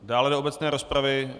Dále do obecné rozpravy?